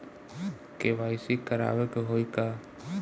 KYC करावे के होई का?